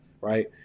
right